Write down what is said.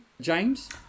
James